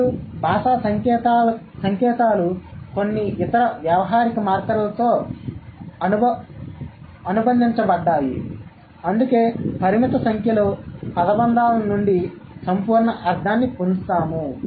కాబట్టి భాషా సంకేతాలు కొన్ని ఇతర వ్యావహారిక మార్కర్లతో అనుబంధించబడ్డాయి అందుకే పరిమిత సంఖ్యలో పదబంధాల నుండి సంపూర్ణ అర్థాన్ని పొందుతాము